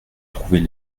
trouver